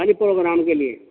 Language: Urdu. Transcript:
پروگرام کے لیے